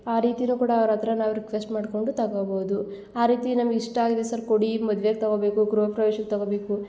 ಆ ರೀತಿನು ಕೂಡ ಅವ್ರ ಹತ್ರ ನಾವು ರಿಕ್ವೆಸ್ಟ್ ಮಾಡ್ಕೊಂಡು ತಗೊಬೋದು ಆ ರೀತಿ ನಮ್ಗೆ ಇಷ್ಟ ಆಗಿದೆ ಸರ್ ಕೊಡಿ ಮದ್ವೆಗೆ ತಗೊಬೇಕು ಗೃಹಪ್ರವೇಶಕ್ಕೆ ತಗೋಬೇಕು